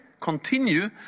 continue